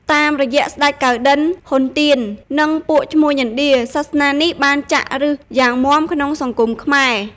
តាមរយៈស្ដេច កៅណ្ឌិន្យ (ហ៊ុន ទៀន) និងពួកឈ្មួញឥណ្ឌា សាសនានេះបានចាក់ឫសយ៉ាងមាំក្នុងសង្គមខ្មែរ។។